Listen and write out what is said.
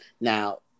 Now